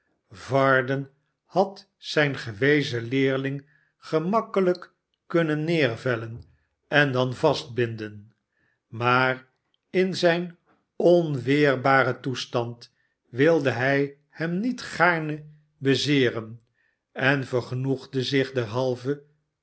vardert had zijn gewezen leerling gemakkelijk kunnen neervellen en dan vastbinden maar in zijn onweerbaren toestand wilde hij hem niet gaarne bezeeren en vergenoegde zich derhalve